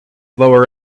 lower